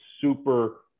super